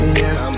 yes